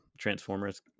Transformers